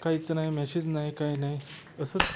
काहीच नाही मॅसेज ही काय नाही असंच